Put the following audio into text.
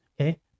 Okay